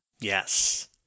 Yes